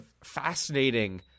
fascinating